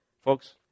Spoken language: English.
Folks